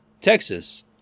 Texas